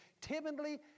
timidly